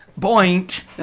point